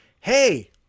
hey